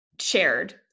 shared